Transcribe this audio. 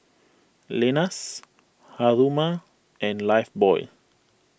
Lenas Haruma and Lifebuoy